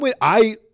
I-